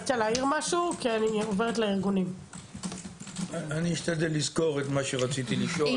אשמח לשמע קודם את